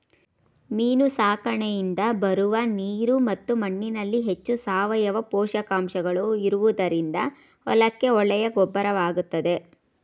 ಮೀನು ಸಾಕಣೆಯಿಂದ ಬರುವ ನೀರು ಮತ್ತು ಮಣ್ಣಿನಲ್ಲಿ ಹೆಚ್ಚು ಸಾವಯವ ಪೋಷಕಾಂಶಗಳು ಇರುವುದರಿಂದ ಹೊಲಕ್ಕೆ ಒಳ್ಳೆಯ ಗೊಬ್ಬರವಾಗುತ್ತದೆ